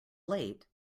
late